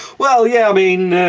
well yeah, i mean